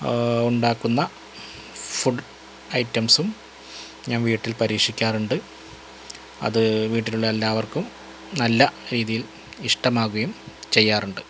ഉണ്ടാക്കുന്ന ഫുഡ് ഐറ്റംസും ഞാന് വീട്ടില് പരീക്ഷിക്കാറുണ്ട് അത് വീട്ടിലുള്ള എല്ലാവര്ക്കും നല്ല രീതിയില് ഇഷ്ടമാകുകയും ചെയ്യാറുണ്ട്